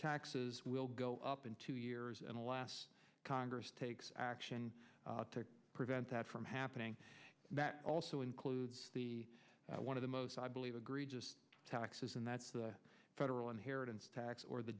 taxes will go up in two years and last congress takes action to prevent that from happening and that also includes the one of the most i believe agreed to taxes and that's the federal inheritance tax or the